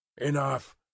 Enough